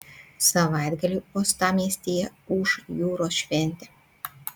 savaitgalį uostamiestyje ūš jūros šventė